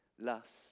lust